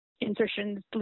insertions